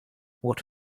what